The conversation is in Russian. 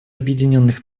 объединенных